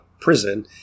prison